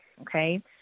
okay